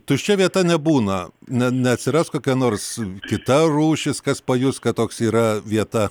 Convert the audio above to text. tuščia vieta nebūna ne ne atsiras kokia nors kita rūšis kas pajus kad toks yra vieta